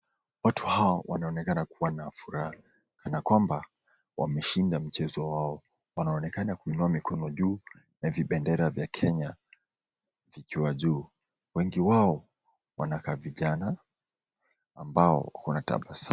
Watu hawa wanaonekana kuwa na furaha kanakwamba wameshinda mchezo wao. Wanaonekana kuinua mikono juu na vibendera vya Kenya vikiwa juu. Wengi wao wanakaa vijana ambao wanatabasamu.